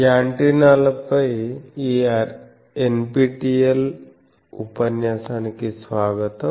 యాంటెన్నాలపై ఈ NPTEL ఉపన్యాసానికి స్వాగతం